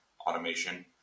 automation